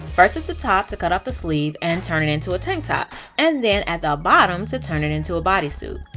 first at the top to cut off the sleeve and turn it into a tank, and then at the bottom to turn it into a bodysuit.